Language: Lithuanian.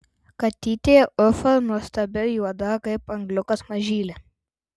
katytė ufa nuostabi juoda kaip angliukas mažylė